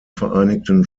vereinigten